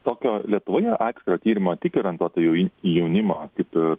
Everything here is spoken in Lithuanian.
tokio lietuvoje atskirto tyrimo tik orientuoto jau į į jaunimą kaip ir